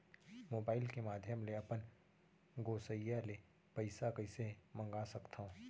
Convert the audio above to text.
Mobile के माधयम ले अपन गोसैय्या ले पइसा कइसे मंगा सकथव?